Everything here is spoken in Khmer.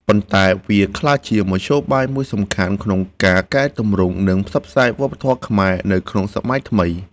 ប៉ុន្តែវាក្លាយជាមធ្យោបាយមួយសំខាន់ក្នុងការកែទម្រង់ និងផ្សព្វផ្សាយវប្បធម៌ខ្មែរ នៅក្នុងសម័យថ្មី។